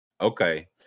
Okay